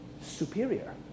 superior